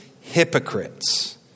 hypocrites